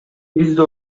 бизди